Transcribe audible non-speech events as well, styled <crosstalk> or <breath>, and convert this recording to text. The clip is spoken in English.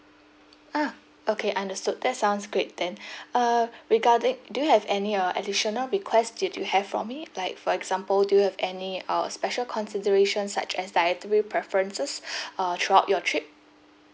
ah okay understood that sounds great then <breath> uh regarding do you have any uh additional request did you have for me like for example you have any uh special consideration such as dietary preferences <breath> uh throughout your trip